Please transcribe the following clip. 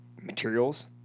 materials